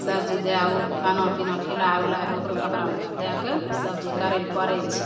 सबचीज दए उकऽ खाना पीना खिला उला ओकरो कपड़ा लत्ता दए कऽ सबचीज करैलए पड़ै छै